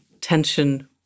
tension